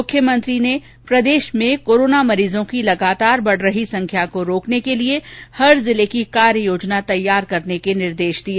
मुंख्यमंत्री प्रदेश में कोरोना मरीजों की लगातार बढ़ रही संख्या को रोकने के लिए हर जिले की कार्ययोजना तैयार करने के निर्देश दिए